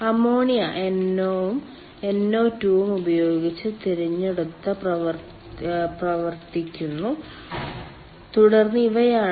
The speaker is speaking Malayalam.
അമോണിയ NO ഉം NO2 ഉം ഉപയോഗിച്ച് തിരഞ്ഞെടുത്ത് പ്രതിപ്രവർത്തിക്കുന്നു തുടർന്ന് ഇവയാണ്